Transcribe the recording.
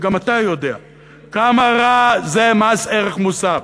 וגם אתה יודע כמה רע זה מס ערך מוסף,